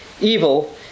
evil